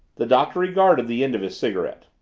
the doctor regarded the end of his cigarette.